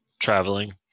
traveling